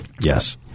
Yes